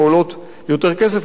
וזה עולה יותר כסף,